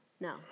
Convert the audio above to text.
No